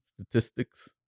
statistics